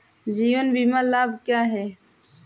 जीवन बीमा लाभ क्या हैं?